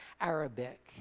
Arabic